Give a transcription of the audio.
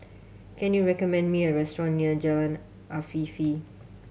can you recommend me a restaurant near Jalan Afifi